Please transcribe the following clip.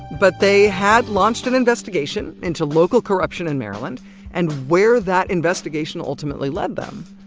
but they had launched an investigation into local corruption in maryland and where that investigation ultimately led them.